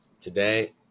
today